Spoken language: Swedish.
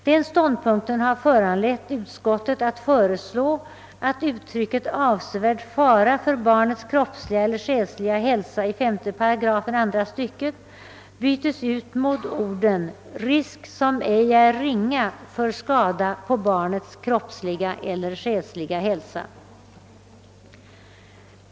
Denna ståndpunkt har föranlett utskottet att föreslå att uttrycket avsevärd fara för barnets kroppsliga eller själsliga hälsa i 58 andra stycket bytes ut mot orden »risk, som ej är ringa, för skada på barnets kroppsliga eller själsliga hälsa».